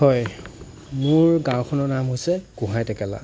হয় মোৰ গাঁওখনৰ নাম হৈছে গোহাঁই টেকেলা